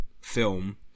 film